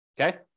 okay